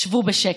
שבו בשקט.